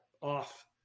off